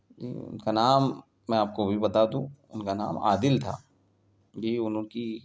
ان کا نام میں آپ کو بھی بتا دوں ان کا نام عادل تھا جی ان کی